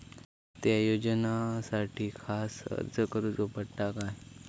त्या योजनासाठी खास अर्ज करूचो पडता काय?